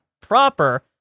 proper